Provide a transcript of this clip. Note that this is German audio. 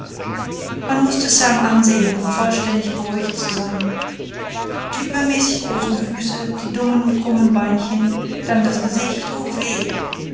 man mußte sam ansehen um vollständig beruhigt zu sein die übermäßig großen füße die dünnen krummen beinchen dann das gesicht o weh